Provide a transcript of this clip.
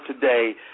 today